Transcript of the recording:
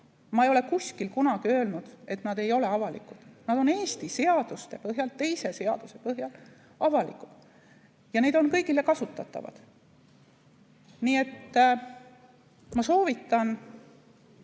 Ma ei ole kuskil kunagi öelnud, et need ei ole avalikud. Need on Eesti õiguses ühe teise seaduse põhjal avalikud ja need on kõigile kasutatavad. Ma soovitan